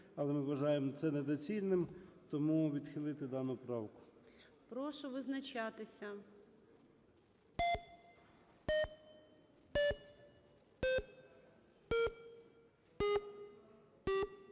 Але ми вважаємо це недоцільним. Тому відхилити дану правку. ГОЛОВУЮЧИЙ. Прошу визначатися.